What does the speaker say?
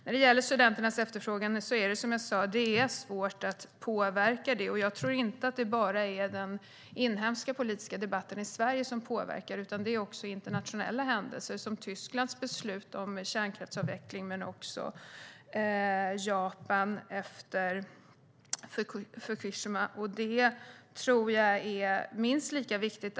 Som jag sa är det svårt att påverka studenternas efterfrågan. Jag tror inte att det är bara den inhemska politiska debatten i Sverige som påverkar, utan det är även internationella händelser som Tysklands beslut om kärnkraftsavveckling och Japan efter Fukushima. Det tror jag är minst lika viktigt.